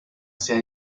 sea